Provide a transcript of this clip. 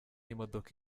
imodoka